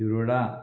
Shiroda